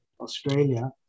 Australia